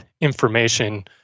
information